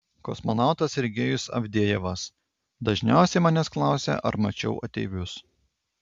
kosmonautas sergejus avdejevas dažniausiai manęs klausia ar mačiau ateivius